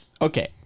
okay